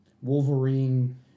Wolverine